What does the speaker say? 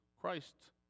Christ